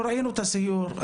ראינו בסיור.